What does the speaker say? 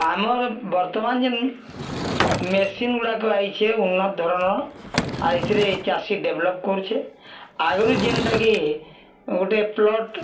ଆମର ବର୍ତ୍ତମାନ ଯେନ୍ ମେସିନ୍ଗୁଡ଼ାକ ଆଇଛେ ଉନ୍ନତ ଧରଣର ଆର୍ ଏଥିରେ ଚାଷୀ ଡେଭଲପ କରୁଛେ ଆଗରୁ ଯେନ୍ଟାକି ଗୋଟେ ପ୍ଲଟ୍